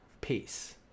Peace